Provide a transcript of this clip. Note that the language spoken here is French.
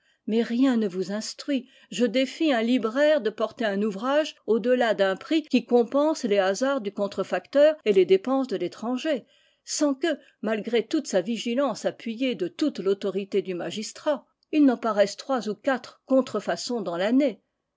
mais rien ne vous instruit je défie un libraire de porter un ouvrage au-delà d'un prix qui compense les hasards du contrefacteur et les dépenses de l'étranger sans que malgré toute sa vigilance appuyée de toute l'autorité du magistrat il n'en paraisse trois ou quatre contrefaçons dans l'année